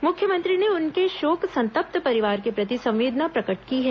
मुख्यमंत्री ने उनके शोक संतप्त परिवार के प्रति संवेदना प्रकट की है